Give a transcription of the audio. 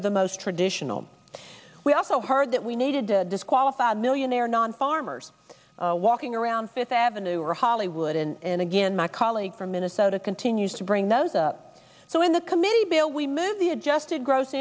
are the most traditional we also heard that we needed to disqualify millionaire non farmers walking around fifth avenue or hollywood and again my colleague from minnesota continues to bring those up so when the committee bill we move the adjusted gross